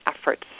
efforts